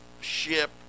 ship